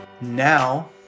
now